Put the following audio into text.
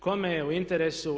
Kome je u interesu?